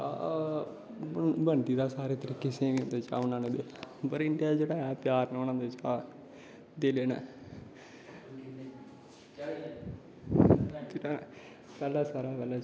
च्हा बनदी तां सारे तरीके स्हेई होंदे च्हा बनाने दे पर इंदै च जेह्ड़ा पराना तरीका दिलै नै जेह्ड़ा पैह्ला सारैं शा पैह्ला